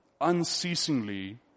unceasingly